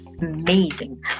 amazing